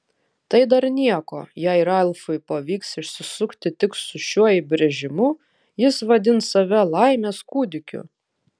tai dar nieko jei ralfui pavyks išsisukti tik su šiuo įbrėžimu jis vadins save laimės kūdikiu